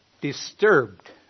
disturbed